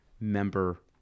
member